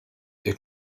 est